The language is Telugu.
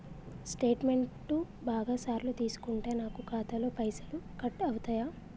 స్టేట్మెంటు బాగా సార్లు తీసుకుంటే నాకు ఖాతాలో పైసలు కట్ అవుతయా?